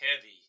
heavy